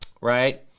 right